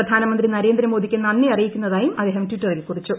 പ്രധാനമന്ത്രി നരേന്ദ്രമോദിക്ക് നന്ദി അറിയിക്കുന്നതായും അദ്ദേഹം ട്വിറ്ററിൽ കുറിച്ചു